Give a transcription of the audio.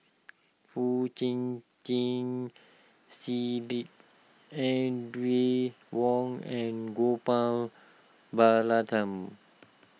Foo Chee Keng Cedric Audrey Wong and Gopal Baratham